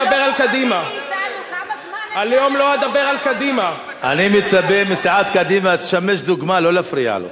למה אנחנו מציקים לך בכל הנאום הזה?